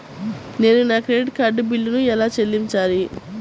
నేను నా credit card బిల్లును ఎలా చెల్లించాలీ?